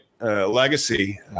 legacy